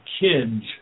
kids